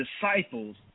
disciples